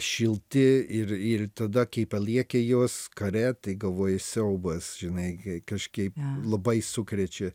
šilti ir ir tada kai palieki juos kare tai galvoji siaubas žinai kažkaip labai sukrečia